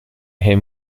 him